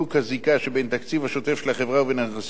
התקציב השוטף של החברה ובין הנכסים שבאחזקתה,